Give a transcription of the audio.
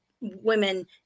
women